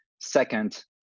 Second